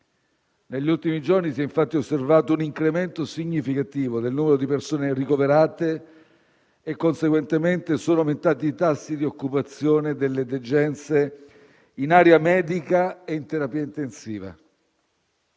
Negli ultimi giorni si è infatti osservato un incremento significativo del numero di persone ricoverate e conseguentemente sono aumentati i tassi di occupazione delle degenze in area medica e in terapia intensiva.